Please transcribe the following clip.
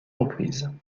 reprises